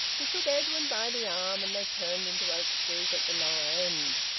he took edwin by the arm, and they turned into oak street at the lower end.